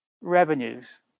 revenues